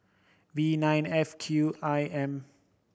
V nine F Q I M